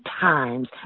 times